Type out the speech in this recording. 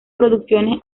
producciones